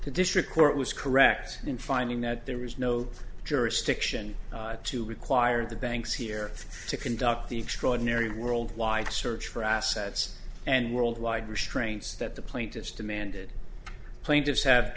the district court was correct in finding that there was no jurisdiction to require the banks here to conduct the extraordinary world wide search for assets and worldwide restraints that the plaintiffs demanded plaintiffs have